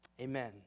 Amen